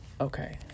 Okay